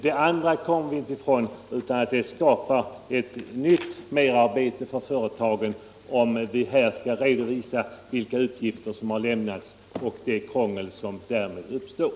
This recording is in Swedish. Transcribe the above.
Om företagen skall redovisa vilka uppgifter som lämnats, kommer vi inte ifrån att det skapar ytterligare merarbete för företagen och ytterligare krångel.